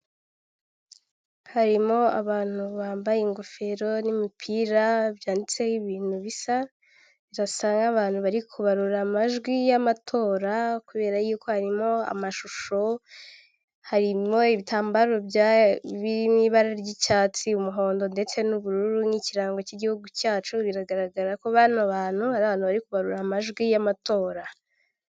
Harimo abantu bambaye ingofero n'imipira byanditseho ibintu bisa , basa nk'abantu bari kubarura amajwi y'amatora kubera yuko harimo amashusho harimo ibitambaro bya biri mu ibara ry'icyatsi, umuhondo, ndetse n'ubururu n'ikirango cy'igihugu cyacu biragaragara ko bano bantu ari abantu bari kubarura amajwi y'amatora.